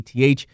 ATH